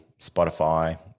Spotify